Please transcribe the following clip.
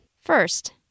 First